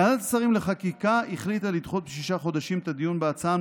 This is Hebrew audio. ועדת השרים לענייני חקיקה החליטה לדחות בשישה חודשים את הדיון בהצעה,